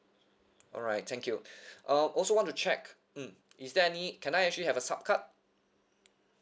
alright thank you uh also want to check mm is there any can I actually have a sup card